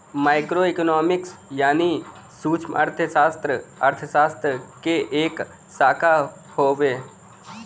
micro economics यानी सूक्ष्मअर्थशास्त्र अर्थशास्त्र क एक शाखा हउवे